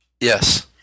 Yes